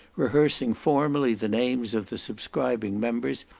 rehearsing formally the names of the subscribing members,